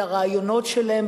לרעיונות שלהם,